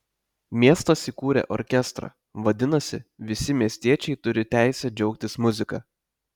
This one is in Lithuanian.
miestas įkūrė orkestrą vadinasi visi miestiečiai turi teisę džiaugtis muzika